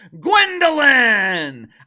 Gwendolyn